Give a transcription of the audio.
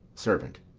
servant.